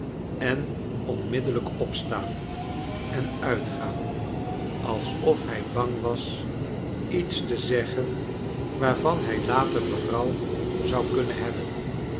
en onmiddellijk opstaau en uitgaan alsof hij bang was iets te zeggen waarvan hij later berouw zou kunnen hebben